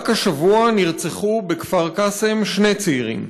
רק השבוע נרצחו בכפר קאסם שני צעירים.